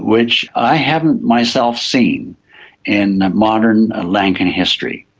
which i haven't myself seen in modern ah lankan history.